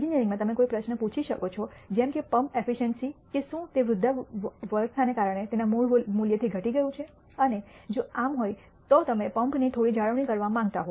એન્જિનિયરિંગમાં તમે કોઈ પ્રશ્ન પૂછી શકો છો જેમ કે પંપ ઇફિશન્સીને કે શું તે વૃદ્ધાવસ્થાને કારણે તેના મૂળ મૂલ્યથી ઘટી ગયું છે અને જો આમ હોય તો તમે પંપની થોડી જાળવણી કરવા માંગતા હો